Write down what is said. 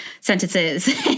sentences